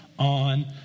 on